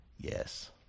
Yes